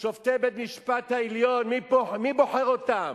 את שופטי בית-המשפט העליון, מי בוחר אותם?